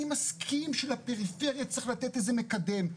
אני מסכים שלפריפריה צריך לתת איזה מקדם,